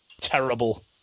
Terrible